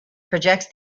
projects